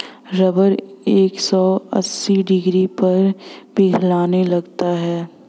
rubber एक सौ अस्सी डिग्री पर पिघलने लगता है